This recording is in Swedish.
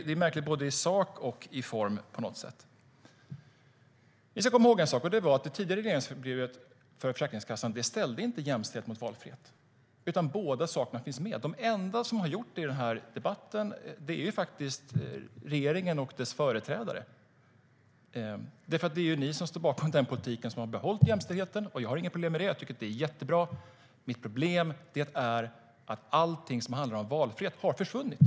Det är märkligt i både sak och form. Vi ska komma ihåg en sak, nämligen att i det tidigare regleringsbrevet för Försäkringskassan ställdes inte jämställdhet mot valfrihet. Båda sakerna fanns med. De enda som har gjort detta i denna debatt är regeringen och dess företrädare. Det är ni som står bakom politiken som har behållit jämställdheten. Jag har inga problem med det utan det är bra. Mitt problem är att allt som handlar om valfrihet har försvunnit.